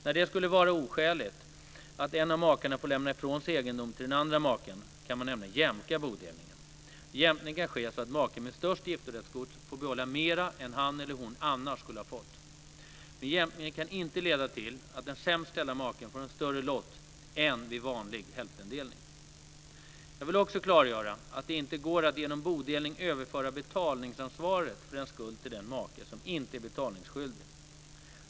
När det skulle vara oskäligt att en av makarna får lämna ifrån sig egendom till den andra maken, kan man nämligen jämka bodelningen. Jämkning kan ske så att maken med störst giftorättsgods får behålla mer än han eller hon annars skulle ha fått. Men jämkningen kan inte leda till att den sämst ställde maken får en större lott än vid vanlig hälftendelning. Jag vill också klargöra att det inte går att genom bodelning överföra betalningsansvaret för en skuld till den make som inte är betalningsskyldig.